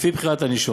לפי בחירת הנישום.